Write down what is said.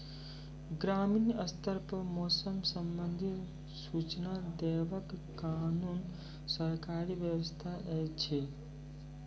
ग्रामीण स्तर पर मौसम संबंधित सूचना देवाक कुनू सरकारी व्यवस्था ऐछि?